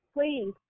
please